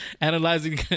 analyzing